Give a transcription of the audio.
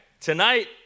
Tonight